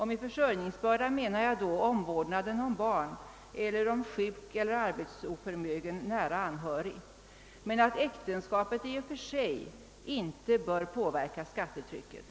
Med försörjningsbörda menar jag då barn eller sjuk eller arbetsoförmögen nära anhörig som den skattskyldige har omvårdnaden om. Civilståndet bör däremot inte i och för sig påverka skattetrycket.